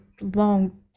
long